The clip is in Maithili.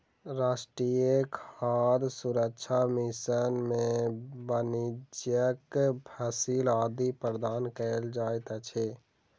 राष्ट्रीय खाद्य सुरक्षा मिशन में वाणिज्यक फसिल आदि प्रदान कयल जाइत अछि